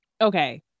okay